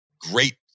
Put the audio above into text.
great